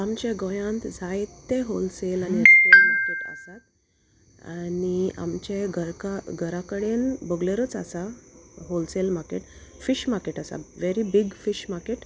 आमच्या गोंयांत जायते होलसेल आनी रिटेल मार्केट आसात आनी आमचे घरका घराकडेन बगलेरूच आसा होलसेल मार्केट फीश मार्केट आसा वेरी बीग फीश मार्केट